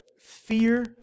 fear